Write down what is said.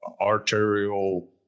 arterial